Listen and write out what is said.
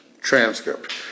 Transcript